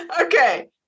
Okay